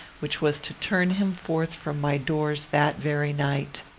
which was to turn him forth from my doors that very night.